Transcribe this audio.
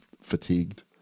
fatigued